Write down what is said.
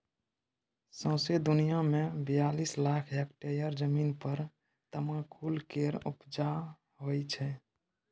सौंसे दुनियाँ मे बियालीस लाख हेक्टेयर जमीन पर तमाकुल केर उपजा होइ छै